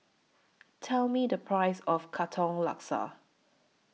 Tell Me The Price of Katong Laksa